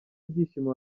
ibyishimo